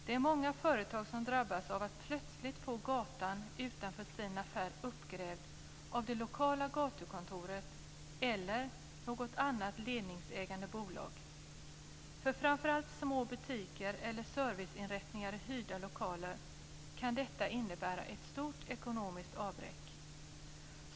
Det är många företag som drabbas av att plötsligt få gatan utanför affären uppgrävd av det lokala gatukontoret eller av något annat ledningsägande bolag. För framför allt små butiker eller serviceinrättningar i hyrda lokaler kan detta innebära ett stort ekonomiskt avbräck.